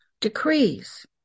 decrees